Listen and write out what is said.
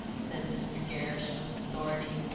said mr. gerrish with authority.